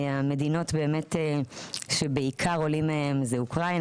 המדינות שבעיקר עולים מהן זה אוקראינה